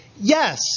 Yes